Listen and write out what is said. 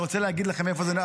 אני רוצה להגיד לכם מאיפה זה בא,